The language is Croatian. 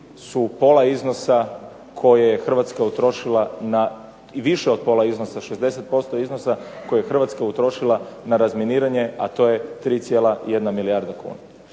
su pola iznosa koje je Hrvatska utrošila na i više od pola iznosa, 60% iznosa koje je Hrvatska uložila na razminiranje a to je 3,1 milijarda kuna.